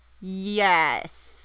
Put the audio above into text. Yes